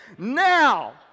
Now